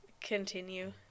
Continue